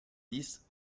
dix